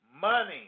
Money